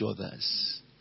others